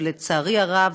שלצערי הרב,